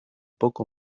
poco